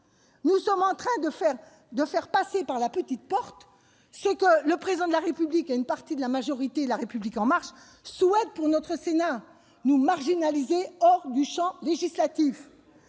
Nous faisons passer par la petite porte ce que le Président de la République et une partie de la majorité La République En Marche souhaitent pour le Sénat : sa marginalisation hors du champ législatif.